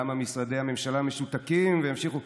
למה משרדי הממשלה משותקים וימשיכו,